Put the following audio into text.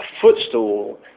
footstool